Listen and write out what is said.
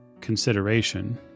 consideration